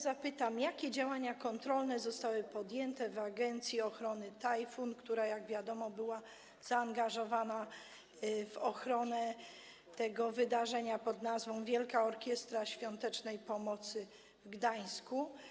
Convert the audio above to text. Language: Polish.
Zapytam, jakie działania kontrolne zostały podjęte w Agencji Ochrony Tajfun, która jak wiadomo, była zaangażowana w ochronę tego wydarzenia pn. Wielka Orkiestra Świątecznej Pomocy w Gdańsku.